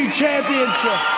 championship